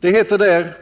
Det heter där: